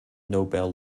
nobel